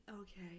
Okay